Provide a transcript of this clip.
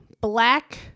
black